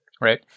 right